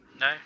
no